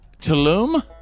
Tulum